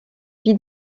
vie